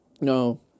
no